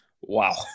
Wow